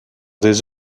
des